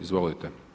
Izvolite.